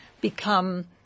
become